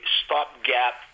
stopgap